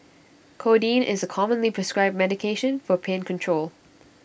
codeine is A commonly prescribed medication for pain control